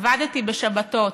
עבדתי בשבתות,